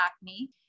acne